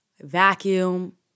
vacuum